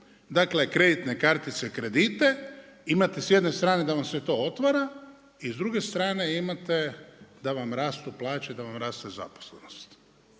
dakle kreditne kartice, kredite. Imate s jedne strane da vam se to otvara i s druge strane imate da vam rastu plaće, da vam raste zaposlenost